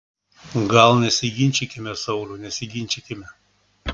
gal nesiginčykime sauliau nesiginčykime